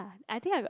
ah I think I got